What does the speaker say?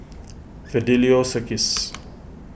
Fidelio Circus